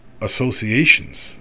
associations